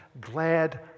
glad